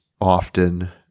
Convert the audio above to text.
often